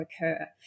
occur